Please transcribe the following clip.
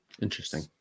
Interesting